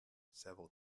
several